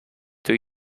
two